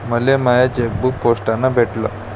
मले माय चेकबुक पोस्टानं भेटल